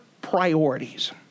priorities